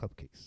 cupcakes